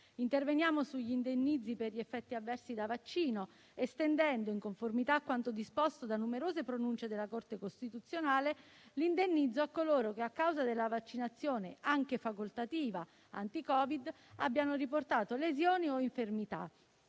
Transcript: Interveniamo sugli indennizzi per gli effetti avversi da vaccino, estendendo, in conformità a quanto disposto da numerose pronunce della Corte costituzionale, l'indennizzo a coloro che, a causa della vaccinazione (anche facoltativa) anti-Covid, abbiano riportato lesioni o infermità